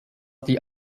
die